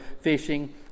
fishing